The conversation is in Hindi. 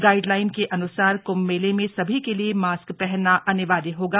गाइडलाइन के अन्सार कृंभ मेले में सभी के लिए मास्क पहनना अनिवार्य होगा